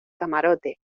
camarote